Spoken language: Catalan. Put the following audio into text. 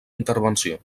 intervenció